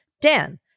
Dan